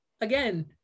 again